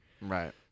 Right